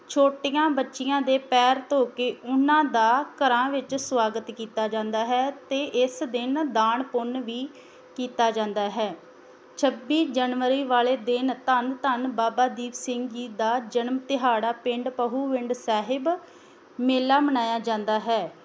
ਛੋਟੀਆਂ ਬੱਚੀਆਂ ਦੇ ਪੈਰ ਧੋ ਕੇ ਉਹਨਾਂ ਦਾ ਘਰਾਂ ਵਿੱਚ ਸਵਾਗਤ ਕੀਤਾ ਜਾਂਦਾ ਹੈ ਅਤੇ ਇਸ ਦਿਨ ਦਾਨ ਪੁੰਨ ਵੀ ਕੀਤਾ ਜਾਂਦਾ ਹੈ ਛੱਬੀ ਜਨਵਰੀ ਵਾਲੇ ਦਿਨ ਧੰਨ ਧੰਨ ਬਾਬਾ ਦੀਪ ਸਿੰਘ ਜੀ ਦਾ ਜਨਮ ਦਿਹਾੜਾ ਪਿੰਡ ਪਹੂਵਿੰਡ ਸਾਹਿਬ ਮੇਲਾ ਮਨਾਇਆ ਜਾਂਦਾ ਹੈ